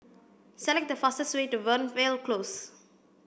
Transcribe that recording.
select the fastest way to Fernvale Close